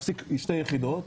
להפסיק שתי יחידות.